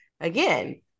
again